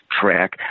track